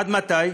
עד מתי?